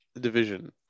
division